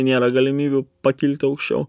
nėra galimybių pakilti aukščiau